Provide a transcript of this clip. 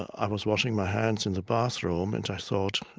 i was washing my hands in the bathroom and i thought,